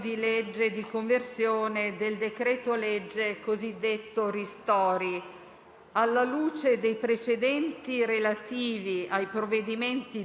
alla luce dei precedenti relativi ai provvedimenti d'urgenza,